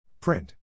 Print